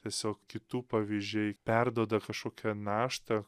tiesiog kitų pavyzdžiai perduoda kažkokią naštą